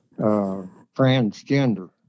transgender